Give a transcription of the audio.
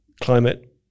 climate